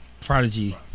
Prodigy